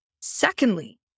Secondly